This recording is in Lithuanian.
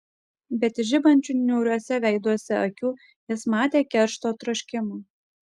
bet iš žibančių niūriuose veiduose akių jis matė keršto troškimą